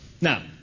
Now